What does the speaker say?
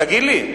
תגיד לי,